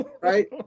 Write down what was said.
right